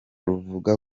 ruvuga